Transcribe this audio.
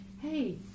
hey